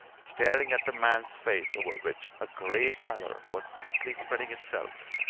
staring at the man's face, over which a grey pallor was quickly spreading itself.